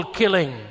killing